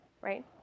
right